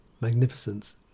magnificence